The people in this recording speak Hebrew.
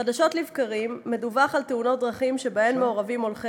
חדשות לבקרים מדווח על תאונות דרכים שבהן מעורבים הולכי